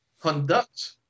conduct